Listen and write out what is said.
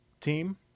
team